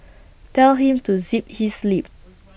tell him to zip his lip